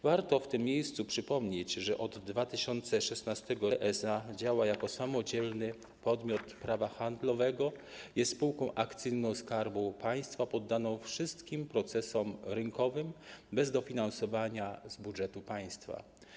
Warto w tym miejscu przypomnieć, że od 2016 r. ARP SA działa jako samodzielny podmiot prawa handlowego, jest spółką akcyjną Skarbu Państwa poddaną wszystkim procesom rynkowym bez dofinansowania z budżetu państwa.